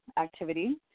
activity